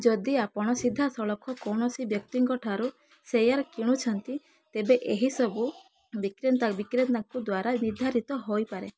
ଯଦି ଆପଣ ସିଧାସଳଖ କୌଣସି ବ୍ୟକ୍ତିଙ୍କଠାରୁ ସେୟାର କିଣୁଛନ୍ତି ତେବେ ଏହି ସବୁ ବିକ୍ରେତାଙ୍କ ଦ୍ୱାରା ନିର୍ଦ୍ଧାରିତ ହୋଇପାରେ